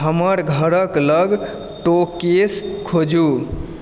हमर घरक लग टैकोस खोजू